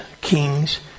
Kings